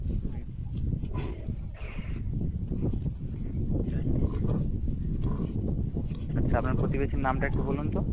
হুম আচ্ছা আপনার প্রতিবেশীর নামটা একটু বলুন তো